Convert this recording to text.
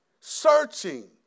searching